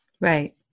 Right